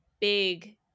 big